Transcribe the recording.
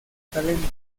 talento